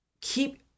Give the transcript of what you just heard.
keep